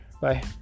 Bye